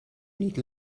niet